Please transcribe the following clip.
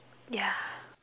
yeah